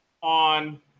on